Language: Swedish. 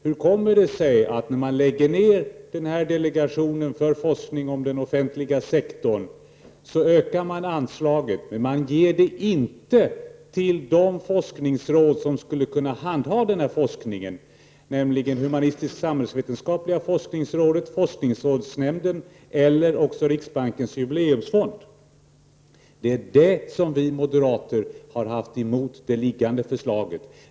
Hur kommer det sig att man, när man lägger ner delegationen för forskning om den offentliga sektorn, ökar anslaget men inte ger pengarna till de forskningsråd som skulle kunna handha denna forskning, nämligen humanistisk-samhällsvetenskapliga forskningsrådet, forskningsrådsnämnden eller riksbankens jubileumsfond? Det är det vi moderater har haft emot det liggande förslaget.